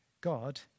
God